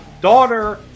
daughter